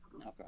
Okay